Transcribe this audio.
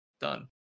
done